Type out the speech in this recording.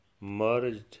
merged